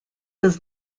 does